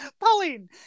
Pauline